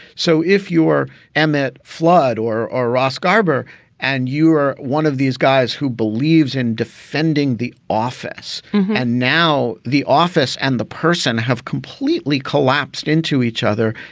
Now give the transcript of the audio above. so if you're emmit flood or or ross garber and you are one of these guys who believes in defending the office and now the office and the person have completely collapsed into each other,